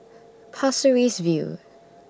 Pasir Ris View